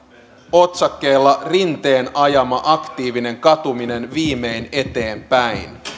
otsakkeen rinteen ajama aktiivinen katuminen viimein eteenpäin